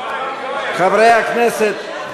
חברי הכנסת,